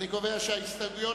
אני קובע שההסתייגויות,